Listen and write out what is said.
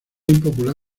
impopular